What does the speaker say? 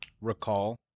recall